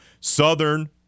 Southern